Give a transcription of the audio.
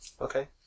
Okay